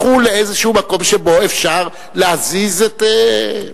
לכו לאיזה מקום שבו אפשר להזיז את,